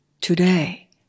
Today